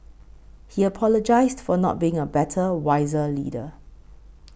he apologised for not being a better wiser leader